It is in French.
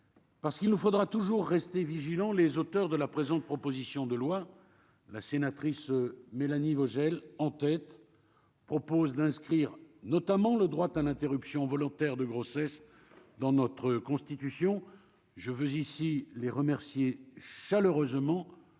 Parce qu'il nous faudra toujours rester vigilant, les auteurs de la présente proposition de loi, la sénatrice Mélanie Vogel en tête, propose d'inscrire notamment le droit à l'interruption volontaire de grossesse dans notre Constitution, je veux ici les remercier chaleureusement